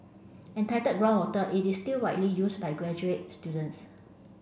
entitled groundwater it is still widely used by graduate students